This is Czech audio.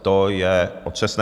To je otřesné.